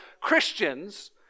Christians